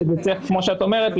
כמו שאת אומרת,